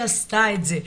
היא עשתה את זה,